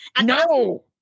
no